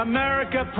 America